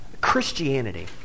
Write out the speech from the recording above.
Christianity